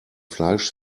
fleisch